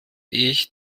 ich